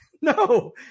No